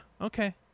okay